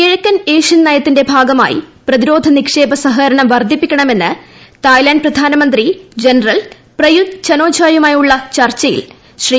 കിഴക്കൻ ഏഷ്യൻ നയത്തിന്റെ ഭാഗമായി പ്രതിരോധ നിക്ഷേപ സഹകരണം വർദ്ധിപ്പിക്കണമെന്ന് തായ്ലാന്റ് പ്രധാനമന്ത്രി general Prayut Chan o cha യുമായുള്ള ചർച്ചയിൽ ശ്രീ